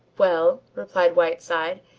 well, replied whiteside,